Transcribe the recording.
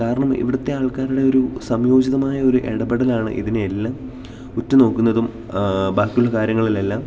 കാരണം ഇവിടുത്തെ ആൾക്കാരുടെ ഒരു സംയോജിതമായ ഒരു ഇടപെടലാണ് ഇതിനെയെല്ലാം ഉറ്റുനോക്കുന്നതും ബാക്കിയുള്ള കാര്യങ്ങളിലെല്ലാം